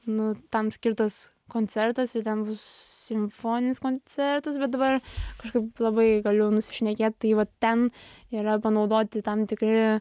nu tam skirtas koncertas ir ten simfoninis koncertas bet dabar kažkaip labai galiu nusišnekėt tai va ten yra panaudoti tam tikri